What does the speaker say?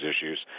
issues